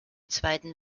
zweiten